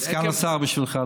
סגן השר בשבילך,